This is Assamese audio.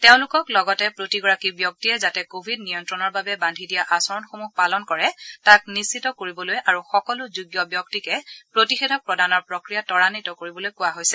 তেওঁলোকক লগতে প্ৰতিগৰাকী ব্যক্তিয়ে যাতে ক ভিড নিয়ন্তণৰ বাবে বান্ধি দিয়া আচৰণসমূহ পালন কৰে তাক নিশ্চিত কৰিবলৈ আৰু সকলো যোগ্য ব্যক্তিকে প্ৰতিষেধক প্ৰদানৰ প্ৰক্ৰিয়া ত্বৰান্নিত কৰিবলৈ কোৱা হৈছে